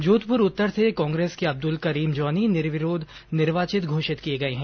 जोधपुर उत्तर से कांग्रेस के अब्दुल करीम जॉनी निर्विरोध निर्वाचित घोषित किए गए हैं